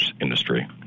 industry